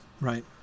right